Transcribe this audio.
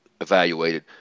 evaluated